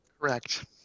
Correct